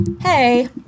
Hey